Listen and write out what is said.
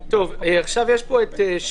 אבל צריך לחדד את זה.